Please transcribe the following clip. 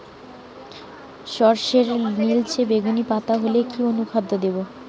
সরর্ষের নিলচে বেগুনি পাতা হলে কি অনুখাদ্য দেবো?